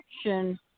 action